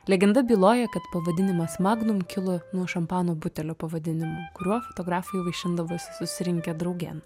legenda byloja kad pavadinimas magnum kilo nuo šampano butelio pavadinimo kuriuo fotografai vaišindavosi susirinkę draugėn